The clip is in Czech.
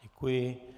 Děkuji.